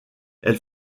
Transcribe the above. elle